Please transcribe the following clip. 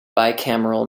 bicameral